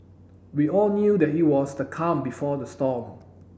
we all knew that it was the calm before the storm